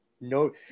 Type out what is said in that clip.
No